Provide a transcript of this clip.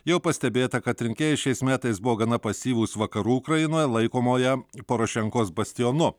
jau pastebėta kad rinkėjai šiais metais buvo gana pasyvūs vakarų ukrainoje laikomoje porošenkos bastionu